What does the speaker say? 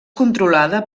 controlada